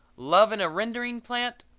love in a rendering plant?